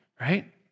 right